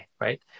right